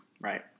Right